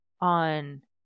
on